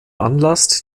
anlass